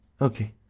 Okay